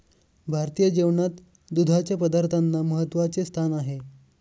भारतीय जेवणात दुधाच्या पदार्थांना महत्त्वाचे स्थान आहे